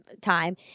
time